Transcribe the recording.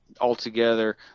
Altogether